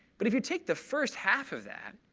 but if you take the first half of that,